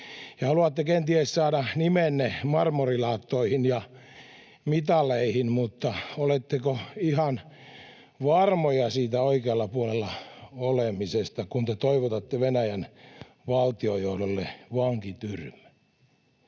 haluatte kenties saada nimenne marmorilaattoihin ja mitaleihin, mutta oletteko ihan varmoja siitä oikealla puolella olemisesta, kun te toivotatte Venäjän valtiojohdolle vankityrmää?